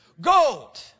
Gold